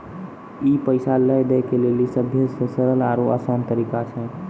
ई पैसा लै दै के लेली सभ्भे से सरल आरु असान तरिका छै